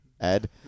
Ed